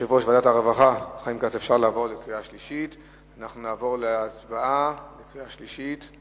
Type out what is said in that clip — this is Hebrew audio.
אנחנו נעבור להצבעה בקריאה שלישית.